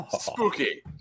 spooky